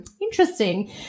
interesting